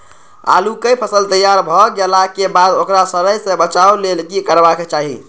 आलू केय फसल तैयार भ गेला के बाद ओकरा सड़य सं बचावय लेल की करबाक चाहि?